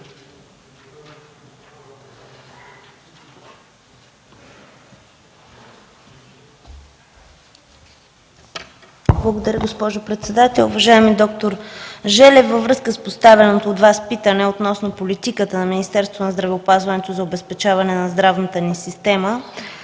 Благодаря, госпожо председател. Уважаеми д-р Желев, във връзка с поставеното от Вас питане относно политиката на Министерството на здравеопазването за обезпечаване на здравната ни система